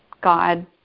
god